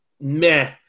meh